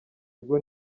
bigo